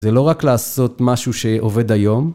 זה לא רק לעשות משהו שעובד היום.